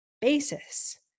basis